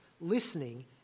listening